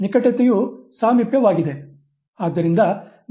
ನಿಕಟತೆಯು ಸಾಮೀಪ್ಯವಾಗಿದೆ